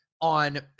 on